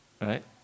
right